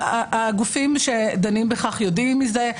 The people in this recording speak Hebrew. והגופים שדנים בכך יודעים על זה,